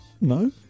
no